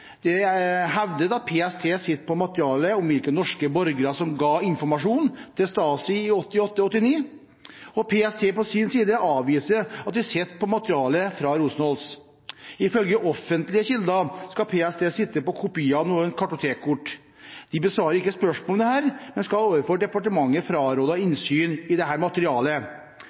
Det er hevdet at PST sitter på materiale om hvilke norske borgere som ga informasjon til Stasi i 1969–1989. PST på sin side avviser at de sitter på materiale fra Rosenholz. Ifølge offentlige kilder skal PST sitte på kopi av noen kartotekkort. De besvarer ikke spørsmål om dette, men skal overfor departementet ha frarådet innsyn i dette materialet. Når det